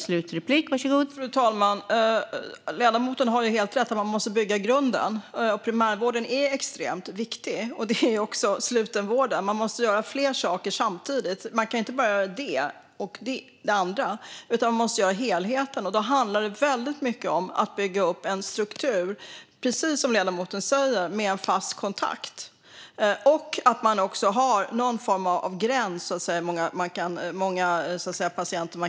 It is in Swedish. Fru talman! Ledamoten har helt rätt: Man måste bygga grunden. Primärvården är extremt viktig, liksom slutenvården. Man måste göra flera saker samtidigt. Man kan inte bara göra det ena eller det andra, utan man måste se till helheten. Då handlar det väldigt mycket om att bygga upp en struktur med en fast kontakt, precis som ledamoten säger.